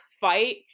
fight